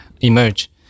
emerge